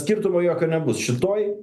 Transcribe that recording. skirtumo jokio nebus šitoj